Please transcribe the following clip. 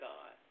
God